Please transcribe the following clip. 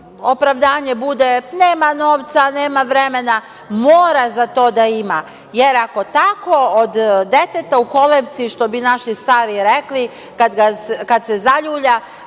opravdanje bude – nema novca, nema vremena. Mora za to da ima, jer ako tako od deteta u kolevci, što bi naši stari rekli, kada se zaljulja